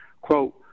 Quote